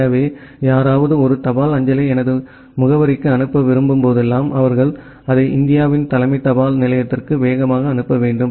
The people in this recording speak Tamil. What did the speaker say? எனவே யாராவது ஒரு தபால் அஞ்சலை எனது முகவரிக்கு அனுப்ப விரும்பும் போதெல்லாம் அவர்கள் அதை இந்தியாவின் தலைமை தபால் நிலையத்திற்கு வேகமாக அனுப்ப வேண்டும்